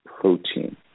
protein